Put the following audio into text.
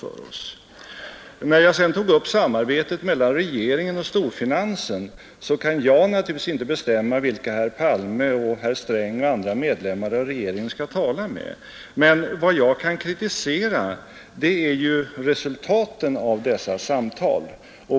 Vad beträffar det jag sade om samarbetet mellan regeringen och storfinansen kan jag naturligtvis inte bestämma vilka herr Palme, herr Sträng och andra medlemmar av regeringen skall tala med. Men vad jag kan kritisera är resultaten av dessa samtal.